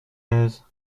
aise